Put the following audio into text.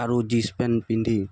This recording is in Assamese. আৰু জীন্ছ পেণ্ট পিন্ধি